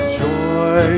joy